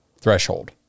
threshold